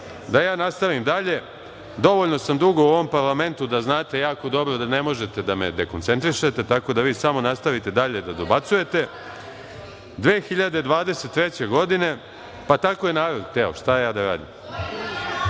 ja nastavim dalje, dovoljno sam dugo u ovom parlamentu da znate jako dobro da ne možete da me dekoncentrišete, tako da vi samo nastavite dalje da dobacujete, 2023. godine…(Ana Jakovljević: To je sramota